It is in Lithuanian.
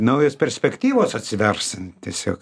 naujos perspektyvos atsivers tiesiog